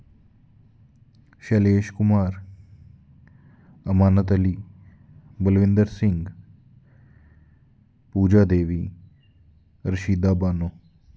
Shailesh Kumar Amanat Ali Balvinder Singh Puja Devi Rashida Bano